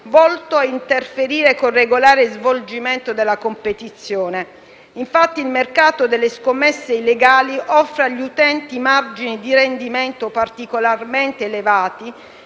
volto a interferire con il regolare svolgimento della competizione. Infatti, il mercato delle scommesse illegali offre agli utenti margini di rendimento particolarmente elevati,